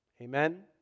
Amen